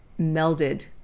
melded